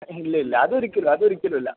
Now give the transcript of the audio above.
ഇല്ല ഇല്ല അത് ഒരിക്കലും അത് ഒരിക്കലും ഇല്ല